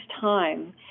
time